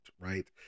right